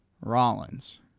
Rollins